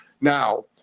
Now